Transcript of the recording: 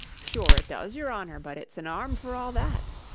sure, it does, yer honour but it's an arm for all that